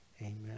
Amen